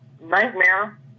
Nightmare